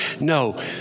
No